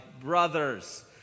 brothers